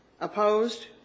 Opposed